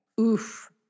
Oof